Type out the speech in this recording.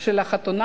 של החתונה,